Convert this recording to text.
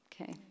okay